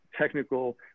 technical